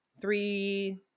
three